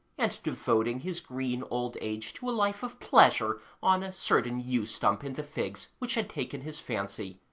and devoting his green old age to a life of pleasure on a certain yew-stump in the figs which had taken his fancy,